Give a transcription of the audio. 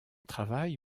travail